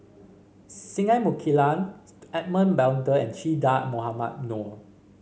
Singai Mukilan Edmund Blundell and Che Dah Mohamed Noor